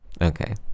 Okay